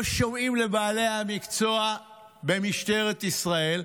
לא שומעים לבעלי המקצוע במשטרת ישראל.